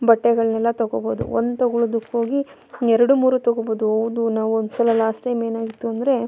ಬಟ್ಟೆಗಳನ್ನೆಲ್ಲ ತಗೊಳ್ಬೋದು ಒಂದು ತಗೊಳ್ಳೋದಕ್ಕೋಗಿ ಎರಡು ಮೂರು ತಗೊಳ್ಬೋದು ಹೌದು ನಾವು ಒಂದ್ಸಲ ಲಾಸ್ಟ್ ಟೈಮ್ ಏನಾಗಿತ್ತು ಅಂದರೆ